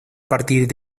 partir